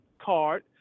card